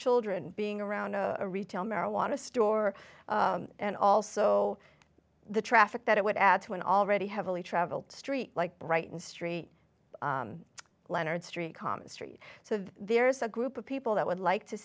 children being around a retail marijuana store and also the traffic that it would add to an already heavily traveled street like brighton saint leonard street common street so there's a group of people that would like to